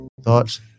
thoughts